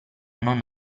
non